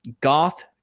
goth